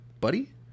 buddy